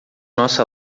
nossa